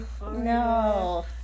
no